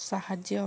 ସାହାଯ୍ୟ